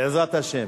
בעזרת השם.